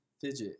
Fidget